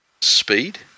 speed